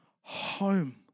home